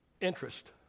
interest